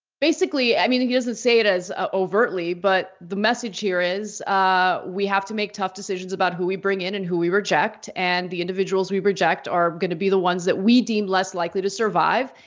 basically, i mean he doesn't say it as ah overtly but the message here is ah we have to make tough decisions about who we bring in and who we reject. and the individuals we reject are gonna be the ones that we deem less likely to survive,